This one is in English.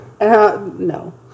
No